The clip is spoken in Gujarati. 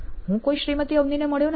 હું કોઈ શ્રીમતી અવનીને મળ્યો નથી